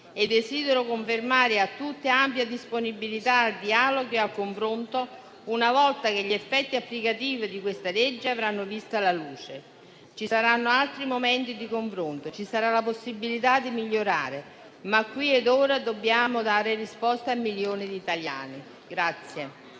inoltre confermare a tutti ampia disponibilità al dialogo e al confronto, una volta che gli effetti applicativi di questa legge avranno visto la luce. Ci saranno altri momenti di confronto e ci sarà la possibilità di migliorare, ma qui e ora dobbiamo dare risposte a milioni di italiani.